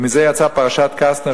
ומזה יצאה פרשת קסטנר,